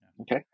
Okay